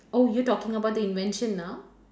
oh you talking about the invention now